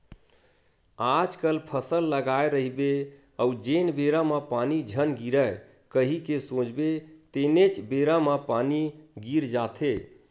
आजकल फसल लगाए रहिबे अउ जेन बेरा म पानी झन गिरय कही के सोचबे तेनेच बेरा म पानी गिर जाथे